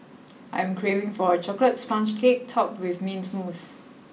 I am craving for a chocolate sponge cake topped with mint mousse